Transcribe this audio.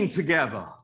together